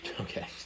Okay